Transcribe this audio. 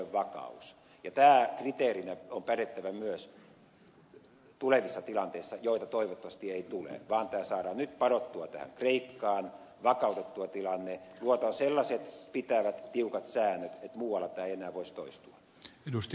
tämän on kriteerinä pädettävä myös tulevissa tilanteissa joita toivottavasti ei tule vaan tämä saadaan nyt padottua kreikkaan vakautettua tilanne luotua sellaiset pitävät tiukat säännöt että muualla tämä ei enää voisi toistua